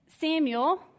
Samuel